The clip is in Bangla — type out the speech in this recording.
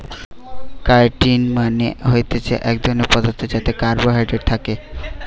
কাইটিন মানে হতিছে এক ধরণের পদার্থ যাতে কার্বোহাইড্রেট থাকে